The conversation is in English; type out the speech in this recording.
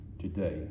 today